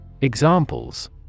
Examples